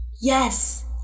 Yes